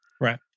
Right